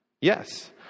Yes